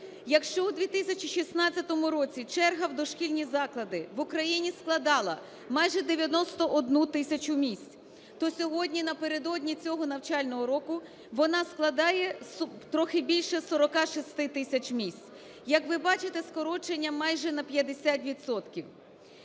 Якщо у 2016 році черга в дошкільні заклади в Україні складала майже 91 місць, то сьогодні напередодні цього навчального року вона складає трохи більше 46 тисяч місць. Як ви бачите, скорочення майже на 50